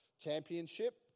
championship